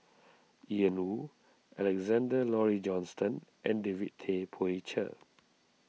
Ian Woo Alexander Laurie Johnston and David Tay Poey Cher